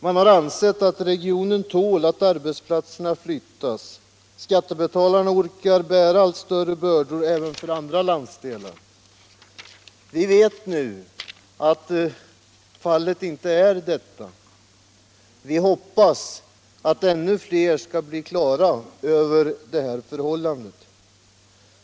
Man har ansett att regionen tål att arbetsplatserna flyttas och att skattebetalarna orkar bära allt större bördor, även för andra landsdelar. Vi vet emeilertid att så inte är fallet. Vi hoppas att ännu fler skall bli på det klara med det förhållandet.